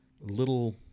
little